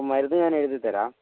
അപ്പോൾ മരുന്ന് ഞാനെഴുതിത്തരാം